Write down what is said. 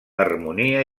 harmonia